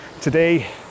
today